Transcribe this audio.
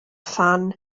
phan